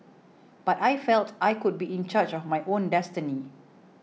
but I felt I could be in charge of my own destiny